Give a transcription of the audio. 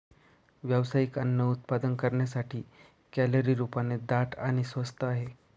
व्यावसायिक अन्न उत्पादन करण्यासाठी, कॅलरी रूपाने दाट आणि स्वस्त आहे